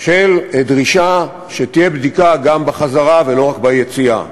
של דרישה שתהיה בדיקה גם בחזרה ולא רק ביציאה.